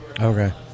Okay